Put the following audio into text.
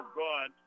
good